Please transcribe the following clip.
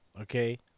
okay